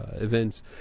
events